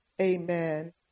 Amen